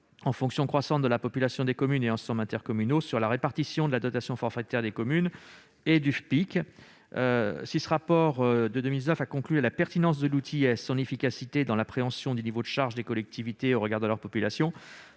en fonction croissante de la population des communes et des ensembles intercommunaux, sur la répartition de la dotation forfaitaire des communes et du FPIC. Si ce rapport de 2019 a conclu à la pertinence de l'outil et à son efficacité dans l'appréhension du niveau de charges des collectivités au regard de leur population,